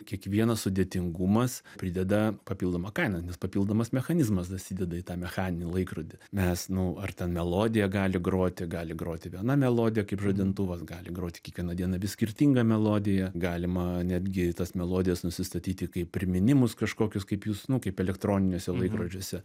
kiekvienas sudėtingumas prideda papildomą kainą nes papildomas mechanizmas dasideda į tą mechaninį laikrodį mes nu ar ten melodiją gali groti gali groti viena melodija kaip žadintuvas gali groti kiekvieną dieną vis skirtinga melodija galima netgi tas melodijas nusistatyti kaip priminimus kažkokius kaip jūs nu kaip elektroniniuose laikrodžiuose